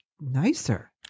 nicer